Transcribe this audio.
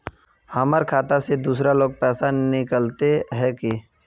हमर खाता से दूसरा लोग पैसा निकलते है की?